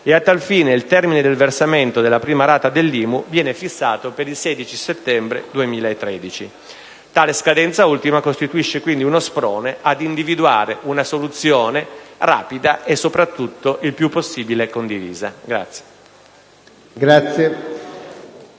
e, a tal fine, il termine di versamento della prima rata dell'IMU viene fissato al 16 settembre 2013. Tale scadenza ultima costituisce quindi uno sprone a individuare una soluzione rapida e soprattutto il più possibile condivisa.